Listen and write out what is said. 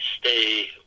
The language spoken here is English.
stay